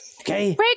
Okay